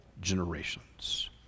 generations